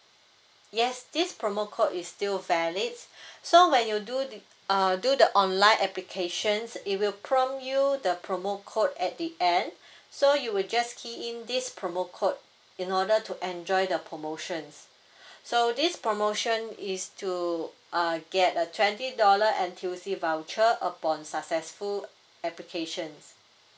yes this promo code is still valid so when you do uh do the online applications it will prompt you the promo code at the end so you will just key in this promo code in order to enjoy the promotions so this promotion is to uh get a twenty dollar N_T_U_C voucher upon successful applications